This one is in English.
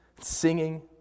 singing